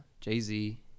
Jay-Z